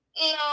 no